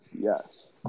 Yes